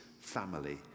family